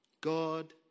God